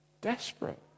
Desperate